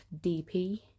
DP